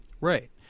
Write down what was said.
Right